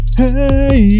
hey